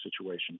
situation